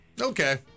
Okay